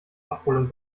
abholung